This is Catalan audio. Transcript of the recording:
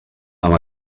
amb